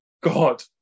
God